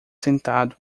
sentado